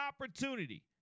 opportunity